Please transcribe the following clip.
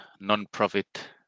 non-profit